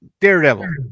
Daredevil